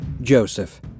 Joseph